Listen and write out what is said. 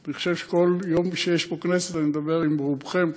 אני חושב שכל יום שיש פה ישיבה אני מדבר עם רובכם,